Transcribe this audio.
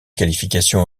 qualifications